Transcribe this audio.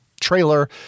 trailer